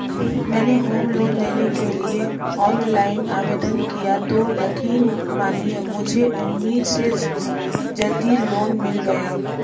मैंने home loan लेने के लिए ऑनलाइन आवेदन किया तो यकीन मानिए मुझे उम्मीद से जल्दी लोन मिल गया